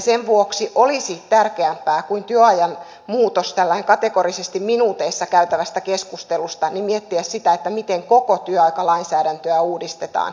sen vuoksi olisi työajan muutoksesta tällä tavalla kategorisesti minuuteissa käytävää keskustelua tärkeämpää miettiä sitä miten koko työaikalainsäädäntöä uudistetaan